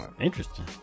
Interesting